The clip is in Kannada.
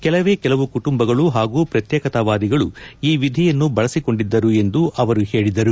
ಕೆಲವೇ ಕೆಲವು ಕುಟುಂಬಗಳು ಹಾಗೂ ಪ್ರತ್ಯೇಕತಾವಾದಿಗಳು ಈ ವಿಧಿಯನ್ನು ಬಳಸಿಕೊಂಡಿದ್ದರು ಎಂದು ಅವರು ಹೇಳಿದರು